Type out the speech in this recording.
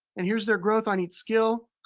and here's their growth on each skill.